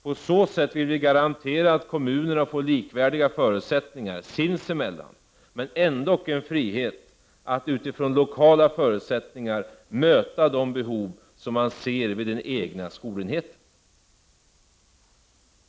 På så sätt vill vi garantera att kommunerna får likvärdiga förutsättningar sinsemellan men ändock en frihet att utifrån lokala förutsättningar möta de behov som man ser vid den egna skolenheten.